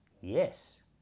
Yes